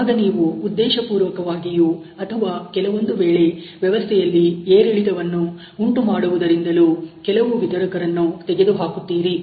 ಆಗ ನೀವು ಉದ್ದೇಶಪೂರ್ವಕವಾಗಿಯು ಅಥವಾ ಕೆಲವೊಂದು ವೇಳೆ ವ್ಯವಸ್ಥೆಯಲ್ಲಿ ಏರಿಳಿತವನ್ನು ಉಂಟು ಮಾಡುವುದರಿಂದಲೂ ಕೆಲವು ವಿತರಕರನ್ನು ತೆಗೆದು ಹಾಕುತ್ತೀರಿ